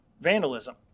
vandalism